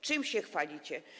Czym się chwalicie?